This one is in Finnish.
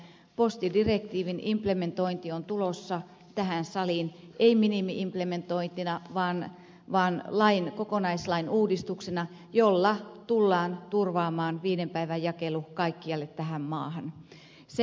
postidirektiivin implementointi on tulossa tähän saliin ei minimi implementointina vaan kokonaislain uudistuksena jolla tullaan turvaamaan viiden päivän jakelu kaikkialle tähän maahan